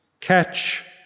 catch